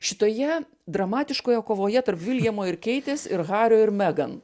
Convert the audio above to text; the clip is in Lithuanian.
šitoje dramatiškoje kovoje tarp viljamo ir keitės ir hario ir megan